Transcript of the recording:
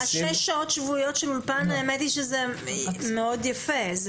6 שעות שבועיות של אולפן, האמת היא שזה מאוד יפה.